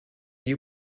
you